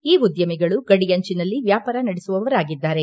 ಈ ಉದ್ದಮಿಗಳು ಗಡಿಯಂಚಿನಲ್ಲಿ ವ್ಯಾಪಾರ ನಡೆಸುವರಾಗಿದ್ದಾರೆ